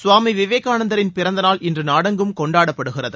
சுவாமி விவேகானந்தரின் பிறந்தநாள் இன்று நாடெங்கும் கொண்டாடப்படுகிறது